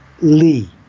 Lee